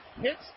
hits